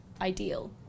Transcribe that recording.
ideal